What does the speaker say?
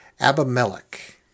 Abimelech